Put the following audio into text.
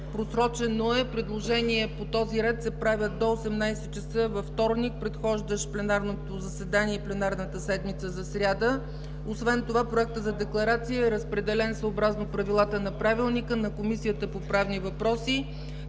просрочено е. Предложения по този ред се правят до 18,00 ч. във вторник, предхождащ пленарното заседание и пленарната седмица, за сряда. Освен това, Проектът за декларация е разпределен съобразно правилата на Правилника на Комисията по правни въпроси,